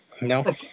no